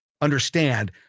understand